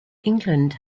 england